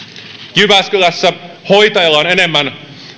jyväskylässä hoitajalla on enemmän